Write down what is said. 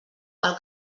pel